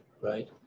Right